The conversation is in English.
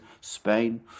Spain